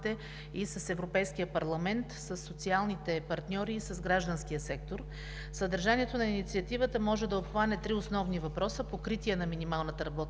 и с Европейския парламент, със социалните партньори и с гражданския сектор. Съдържанието на инициативата може да обхване три основни въпроса: покритие на минималната работна